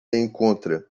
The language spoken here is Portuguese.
encontra